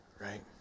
right